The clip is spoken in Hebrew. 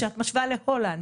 כשאת משווה להולנד,